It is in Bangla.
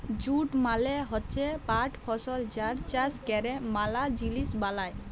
জুট মালে হচ্যে পাট ফসল যার চাষ ক্যরে ম্যালা জিলিস বালাই